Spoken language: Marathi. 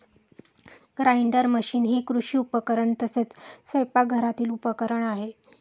ग्राइंडर मशीन हे कृषी उपकरण तसेच स्वयंपाकघरातील उपकरण आहे